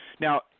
Now